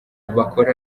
bakora